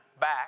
back